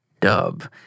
dub